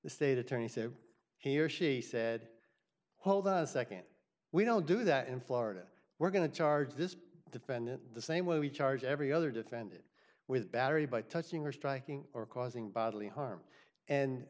the state attorney said he or she said hold us second we don't do that in florida we're going to charge this defendant the same way we charge every other defendant with battery by touching or striking or causing bodily harm and